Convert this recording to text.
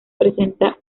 presenta